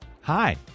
Hi